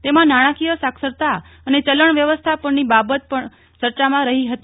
તેમાં નાણાકીય સાક્ષરતા અને ચલણ વ્યવસ્થાપનની બાબત પણ ચર્ચામાં રહી હતી